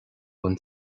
den